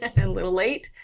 and little late,